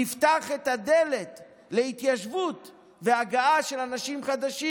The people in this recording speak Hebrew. נפתח את הדלת להתיישבות והגעה של אנשים חדשים.